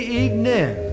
evening